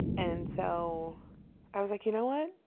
and so i was like, you know what?